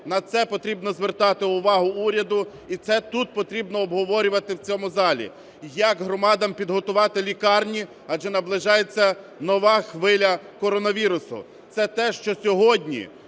На це потрібно звертати увагу уряду і це тут потрібно обговорювати в цьому залі. Як громадам підготувати лікарні, адже наближається нова хвиля коронавірусу. Це те, що сьогодні,